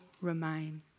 remain